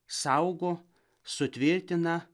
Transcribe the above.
saugo sutvirtina